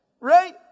Right